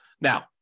Now